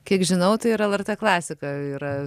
kiek žinau tai yra lrt klasika yra